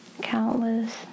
Countless